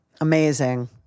Amazing